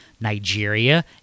nigeria